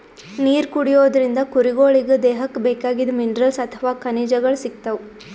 ನೀರ್ ಕುಡಿಯೋದ್ರಿಂದ್ ಕುರಿಗೊಳಿಗ್ ದೇಹಕ್ಕ್ ಬೇಕಾಗಿದ್ದ್ ಮಿನರಲ್ಸ್ ಅಥವಾ ಖನಿಜಗಳ್ ಸಿಗ್ತವ್